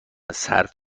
صرف